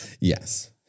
Yes